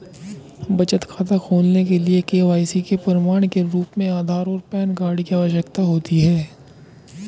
बचत खाता खोलने के लिए के.वाई.सी के प्रमाण के रूप में आधार और पैन कार्ड की आवश्यकता होती है